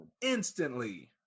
instantly